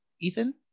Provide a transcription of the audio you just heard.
Ethan